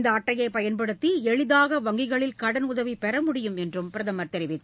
இந்தஅட்டையைபயன்படுத்திஎளிதாக வங்கிகளில் கடலுதவிபெற முடியும் என்றும் பிரதமர் தெரிவித்தார்